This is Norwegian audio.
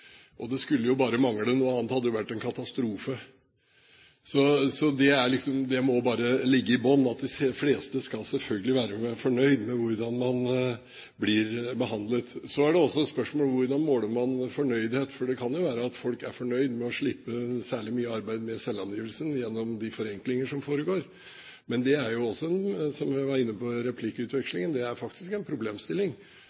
fornøyd. Det skulle bare mangle, noe annet hadde vært en katastrofe. Det må bare ligge i bunn at de fleste selvfølgelig skal være fornøyd med hvordan de blir behandlet. Så er spørsmålet: Hvordan måler man fornøydhet? Det kan jo være at folk er fornøyd med å slippe særlig mye arbeid med selvangivelsen, gjennom de forenklinger som foregår. Men det er jo også, som jeg var inne på